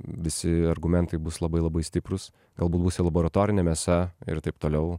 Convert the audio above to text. visi argumentai bus labai labai stiprūs galbūt bus jau laboratorinė mėsa ir taip toliau